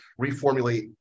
reformulate